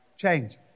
Change